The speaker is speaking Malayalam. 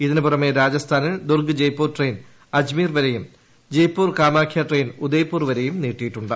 ഇതിനുപുറമെ രാജസ്ഥാനിൽ ദൂർഗ് ജയ്പൂർ ട്രയിൻ അജ്മീർ വരെയും ജയ്പൂർ കാമാഖ്യ ട്രയിൻ ഉദയ്പൂർ വരെയും നീട്ടിയിട്ടുണ്ട്